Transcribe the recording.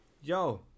Yo